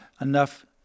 enough